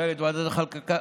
מנהלת ועדת הכלכלה,